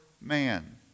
man